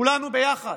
כולנו ביחד.